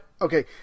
Okay